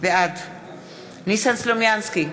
בעד ניסן סלומינסקי,